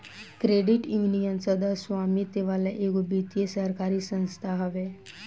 credit union, सदस्य स्वामित्व वाला एगो वित्तीय सरकारी संस्था हवे